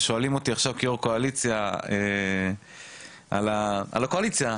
כששואלים אותי כיו"ר קואליציה על הקואליציה,